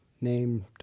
named